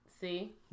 See